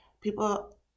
people